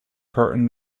curtain